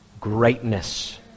greatness